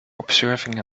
observing